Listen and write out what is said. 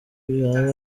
byaba